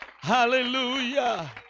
Hallelujah